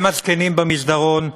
הם הזקנים במסדרון,